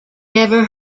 never